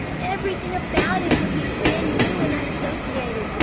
everything about it would be brand-new and unassociated!